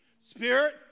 Spirit